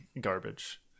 garbage